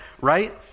right